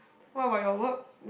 what about your work